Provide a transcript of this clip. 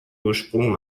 ursprung